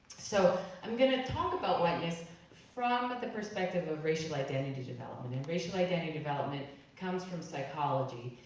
so i'm gonna talk about whiteness from the perspective of racial identity development. and racial identity development comes from psychology.